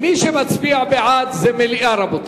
מי שמצביע בעד, זה מליאה.